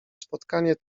spotkanie